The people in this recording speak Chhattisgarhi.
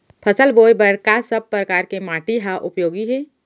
फसल बोए बर का सब परकार के माटी हा उपयोगी हे?